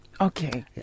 Okay